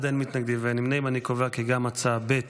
הענישה על עבירות כלפי אנשי צוות רפואי),